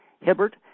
Hibbert